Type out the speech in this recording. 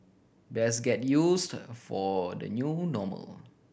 best get used for the new normal